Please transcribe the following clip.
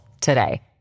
today